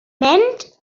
mynd